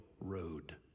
road